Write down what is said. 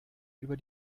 über